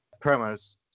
Promos